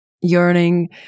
Yearning